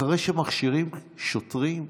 אחרי שמכשירים שוטרים,